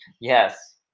Yes